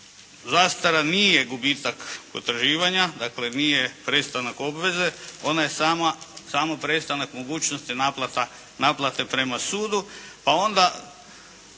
zastara nije gubitak potraživanja, dakle nije prestanak obveze. Ona je samo prestanak mogućnosti naplate prema sudu, pa onda